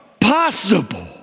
possible